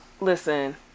listen